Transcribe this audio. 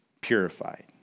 purified